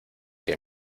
que